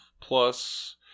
plus